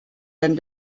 and